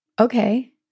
Okay